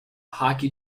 hockey